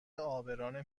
عابران